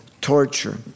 torture